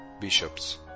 bishops